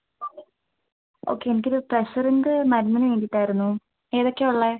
okay എനിക്ക് ഒരു പ്രെഷറിന്റെ മരുന്നിന് വേണ്ടിയിട്ട് ആയിരുന്നു ഏതൊക്കെയാണ് ഉള്ളത്